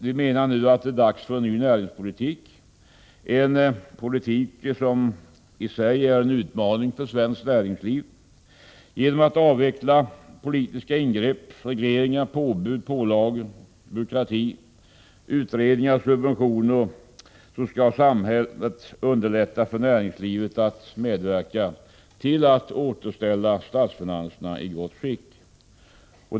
Vi menar nu att det är dags för en ny näringspolitik — en politik som i sig är en utmaning för svenskt näringsliv. Genom att avveckla politiska ingrepp, regleringar, påbud, pålagor, byråkrati, utredningar och subventioner skall samhället underlätta för näringslivet att medverka till att återställa statsfinanserna i gott skick.